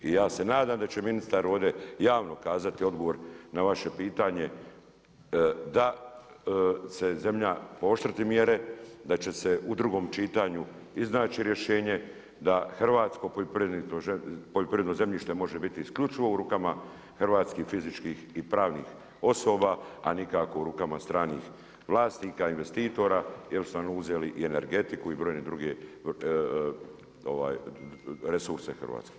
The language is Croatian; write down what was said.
I ja se nadam da će ministar ovdje javno kazati odgovor na vaše pitanje da će zemlja pooštriti mjere, da će se u drugom čitanju iznaći rješenje da hrvatsko poljoprivredno zemljište može biti isključivo u rukama hrvatskih fizičkih i pravnih osoba a nikako u rukama stranih vlasnika, investitora jer su nam uzeli i energetiku i brojne druge resurse hrvatske.